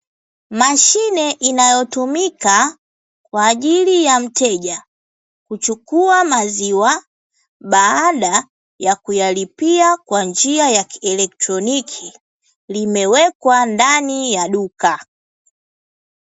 Mashine inayotumika kwa ajili ya mteja kuchukua maziwa, baada ya kuyalipia kwa njia ya electroniki limewekwa ndani ya duka.